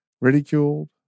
ridiculed